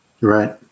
right